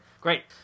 Great